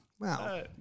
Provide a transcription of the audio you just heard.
Wow